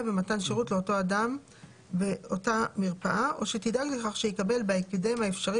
במתן שירות לאותו אדם באותה מרפאה או שתדאג לכך שיקבל בהקדם האפשרי